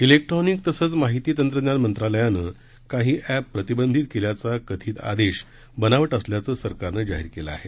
ाजेक्ट्रॉनिक तसंच माहिती तंत्रज्ञान मंत्रालयानं काही ऐप प्रतिबंधित केल्याचा कथित आदेश बनावट असल्याचं सरकारनं जाहीर केलं आहे